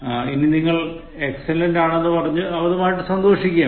ഇനി നിങ്ങൾ എക്സലന്റ് ആണെന്നു പറഞ്ഞു അമിതമായി സന്തോഷിക്കുകയും വേണ്ട